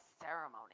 ceremony